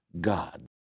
God